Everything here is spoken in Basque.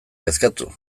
kezkatu